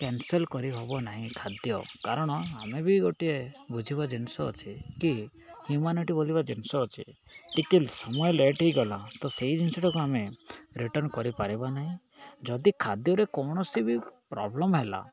cancel କରିହେବ ନାହିଁ ଖାଦ୍ୟ କାରଣ ଆମେ ବି ଗୋଟିଏ ବୁଝିବା ଜିନିଷ ଅଛିେ କି ହ୍ୟୁମାନିଟି ବୋଲି ଜିନିଷ ଅଛି ଟିକେ ସମୟ ଲେଟ୍ ହୋଇଗଲା ତ ସେଇ ଜିନିଷଟାକୁ ଆମେ ରିଟର୍ଣ୍ଣ କରିପାରିବା ନାହିଁ ଯଦି ଖାଦ୍ୟରେ କୌଣସି ବି ପ୍ରୋବ୍ଲେମ୍ ହେଲା